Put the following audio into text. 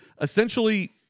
essentially